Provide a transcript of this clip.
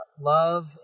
love